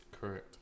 Correct